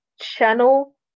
channel